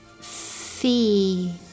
Fee